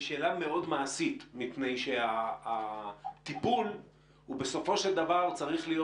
שאלה מאוד מעשית מפני שהטיפול בסופו של דבר צריך להיות